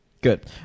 Good